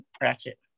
ratchet